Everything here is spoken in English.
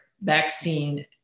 vaccine